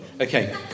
Okay